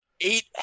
eight